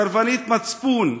סרבנית מצפון,